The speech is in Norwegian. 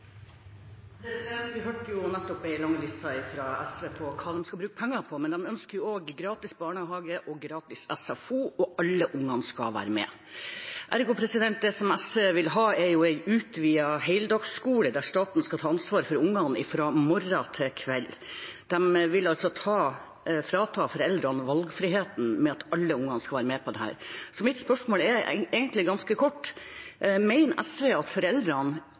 gratis SFO, og alle ungene skal være med. Ergo, det som SV vil ha, er en utvidet heldagsskole, der staten skal ta ansvaret for ungene fra morgen til kveld. De vil altså frata foreldrene valgfriheten, ved at alle ungene skal være med på dette. Så mitt spørsmål er egentlig ganske kort: Mener SV at foreldrene